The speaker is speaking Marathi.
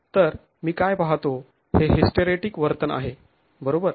तर मी काय पाहतो ते हिस्टरेटीक वर्तन आहे बरोबर